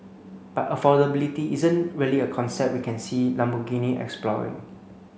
but affordability isn't really a concept we can see Lamborghini exploring